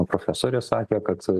profesorė sakė kad